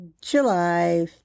July